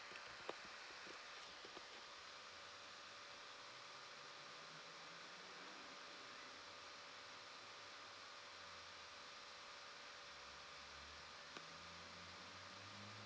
ya